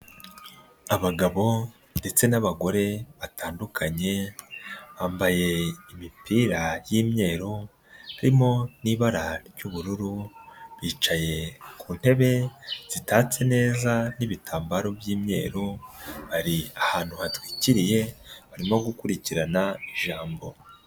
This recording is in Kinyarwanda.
Abagabo ndetse n'abagore batandukanye, bambaye imipira y'imyeru, harimo n'ibara ry'ubururu, bicaye ku ntebe zitatse neza n'ibitambaro by'imyeru, bari ahantu hatwikiriye, barimo gukurikirana ijambo.